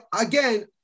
again